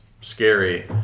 scary